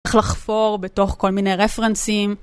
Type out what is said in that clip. איך לחפור בתוך כל מיני רפרנסים.